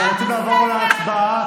אנחנו רוצים לעבור להצבעה,